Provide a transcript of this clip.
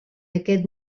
aquest